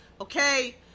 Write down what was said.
okay